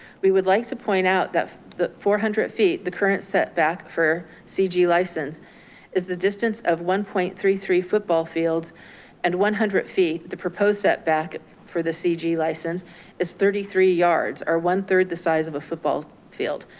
we would like to point out that the four hundred feet, the current setback for cg license is the distance of one point three three football fields and one hundred feet, the proposed setback for the cg license is thirty three yards or one third the size of a football field.